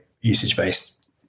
usage-based